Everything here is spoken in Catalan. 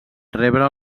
rebre